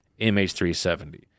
MH370